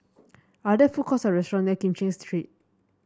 are there food courts or restaurant near Kim Cheng Street